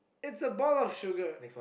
it's a ball of sugar